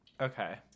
Okay